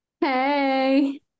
Hey